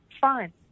Fine